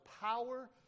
power